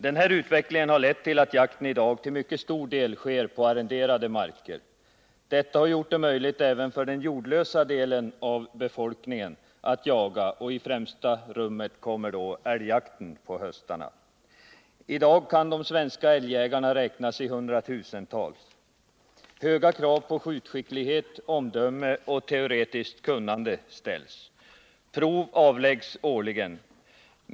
Den här utvecklingen har lett till att jakten i dag till mycket stor del sker på arrenderade marker. Detta har gjort det möjligt för även den jordlösa delen av befolkningen att jaga, och i främsta rummet kommer då älgjakten på höstarna. I dag kan de svenska älgjägarna räknas i hundratusental. Höga krav på skjutskicklighet, omdöme och teoretiskt kunnande ställs. Prov avläggs årligen.